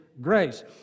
grace